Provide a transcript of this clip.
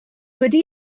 wedi